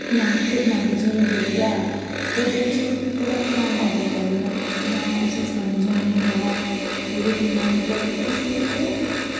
जां टैक्नालजी जेह्ड़ी ऐ ओह्दे च पूरा ध्यान लाइयै पढ़न जां उस्सी समझन जां ओह्दे कन्नै मतलब उस्सी ओह्